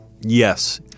Yes